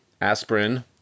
Aspirin